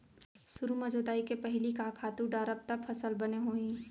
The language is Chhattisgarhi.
सुरु म जोताई के पहिली का खातू डारव त फसल बने होही?